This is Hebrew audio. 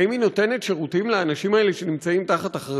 האם היא נותנת שירותים לאנשים האלה, שבאחריותה?